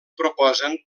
proposen